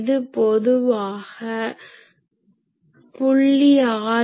இது பொதுவாக 0